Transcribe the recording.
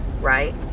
Right